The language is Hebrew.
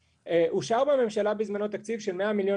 אושר בממשלה בזמנו תקציב של 100 מיליון